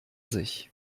sich